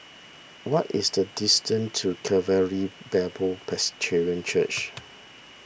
what is the distance to Calvary Bible Presbyterian Church